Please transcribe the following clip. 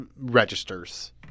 registers